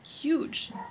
huge